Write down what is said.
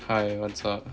hi what's up